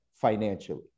financially